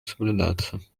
соблюдаться